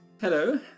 Hello